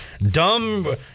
Dumb